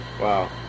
Wow